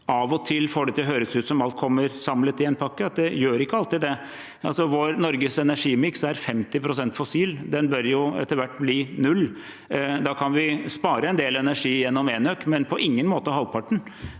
av og til får det til å høres ut som at alt kommer samlet i en pakke. Det gjør ikke alltid det. Norges energimiks er 50 pst. fossil. Den delen bør etter hvert bli null. Vi kan spare en del energi gjennom enøk, men på ingen måte halvparten.